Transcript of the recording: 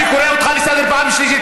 אני קורא אותך לסדר פעם שלישית.